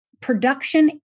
production